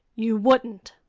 you wouldn't!